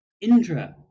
Indra